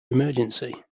emergency